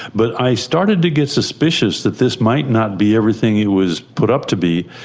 but i started to get suspicious that this might not be everything it was put up to be,